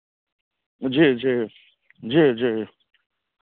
जी जी जी जी